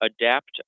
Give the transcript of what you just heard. adapt